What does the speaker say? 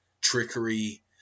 trickery